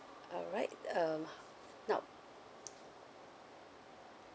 alright uh now